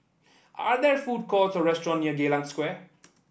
are there food courts or restaurant near Geylang Square